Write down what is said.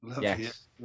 Yes